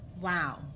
Wow